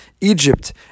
Egypt